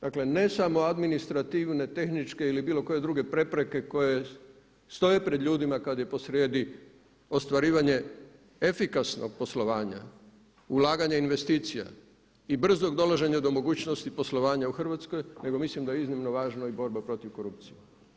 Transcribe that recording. Dakle, ne samo administrativne, tehničke ili bilo koje druge prepreke koje stoje pred ljudima kad je posrijedi ostvarivanje efikasnog poslovanja, ulaganja investicija i brzog dolaženja do mogućnosti poslovanja u Hrvatskoj nego mislim da je iznimno važna i borba protiv korupcije.